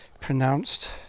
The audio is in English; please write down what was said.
pronounced